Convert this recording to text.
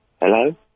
Hello